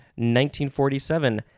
1947